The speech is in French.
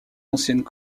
anciennes